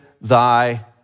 Thy